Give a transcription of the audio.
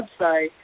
website